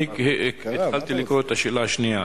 אני התחלתי לקרוא את השאלה השנייה